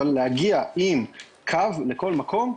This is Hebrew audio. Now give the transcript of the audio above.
אבל להגיע עם קו לכל מקום,